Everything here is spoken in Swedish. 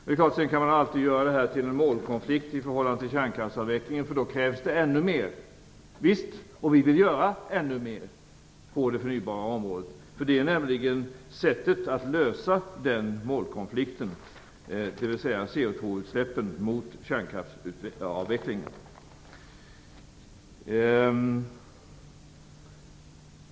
Det är klart att man sedan alltid kan göra det till en målkonflikt i förhållande till kärnkraftsavvecklingen, för då krävs det ännu mer. Visst, och vi vill göra ännu mer på det förnybara området, för det är nämligen sättet att lösa den målkonflikten, dvs. CO2-utsläppen mot kärnkraftsavvecklingen.